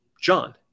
John